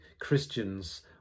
Christians